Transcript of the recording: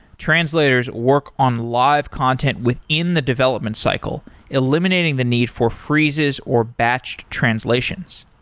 translators work on live content within the development cycle, eliminating the need for freezes or batched translations.